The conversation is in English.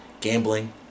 gambling